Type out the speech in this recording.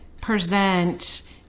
present